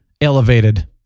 elevated